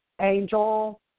angel